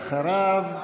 אדוני, ואחריו,